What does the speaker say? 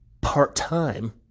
part-time